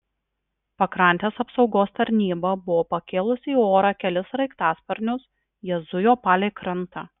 pakrantės apsaugos tarnyba buvo pakėlusi į orą kelis sraigtasparnius jie zujo palei krantą